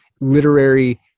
literary